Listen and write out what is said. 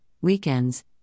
weekends